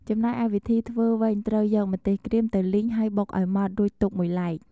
ចំណែកឯវិធីធ្វើវិញ ត្រូវយកម្ទេសក្រៀមទៅលីង ហើយបុកឱ្យម៉ដ្ឋ រួចទុកមួយឡែក។